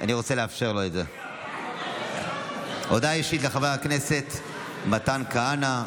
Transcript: ותעבור לוועדת החוקה, חוק ומשפט להכנתה,